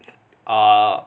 err